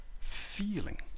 feeling